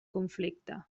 conflicte